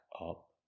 up